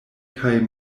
kaj